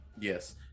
Yes